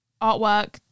artwork